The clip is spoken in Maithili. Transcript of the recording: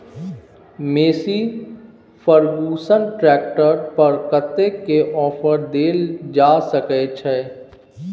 मेशी फर्गुसन ट्रैक्टर पर कतेक के ऑफर देल जा सकै छै?